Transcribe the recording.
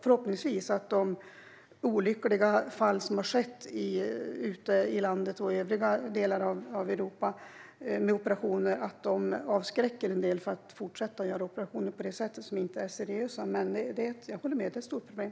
Förhoppningsvis avskräcker de olyckliga fall som har varit ute i landet och i övriga delar av Europa en del från att fortsätta att göra operationer som inte är seriösa. Men jag håller med om att det är ett stort problem.